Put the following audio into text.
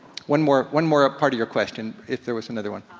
one more, one more part of your question, if there was another one.